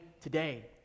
today